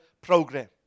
program